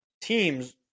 teams